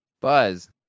Buzz